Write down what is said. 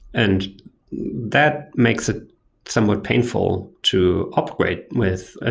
and that makes it somewhat painful to operate with. ah